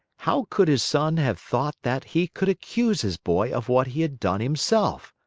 how could his son have thought that he could accuse his boy of what he had done himself?